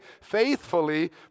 faithfully